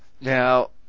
Now